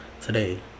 today